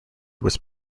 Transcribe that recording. was